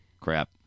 Crap